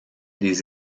des